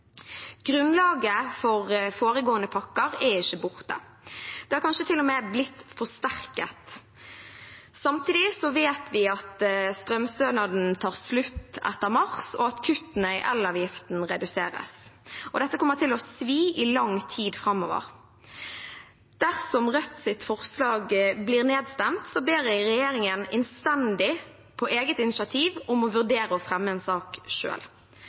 Grunnlaget for foregående pakker er ikke borte. Det har kanskje til og med blitt forsterket. Samtidig vet vi at strømstønaden tar slutt etter mars, og at kuttene i elavgiften reduseres. Dette kommer til å svi i lang tid framover. Dersom Rødts forslag blir nedstemt, ber jeg regjeringen innstendig om på eget initiativ å vurdere å fremme en sak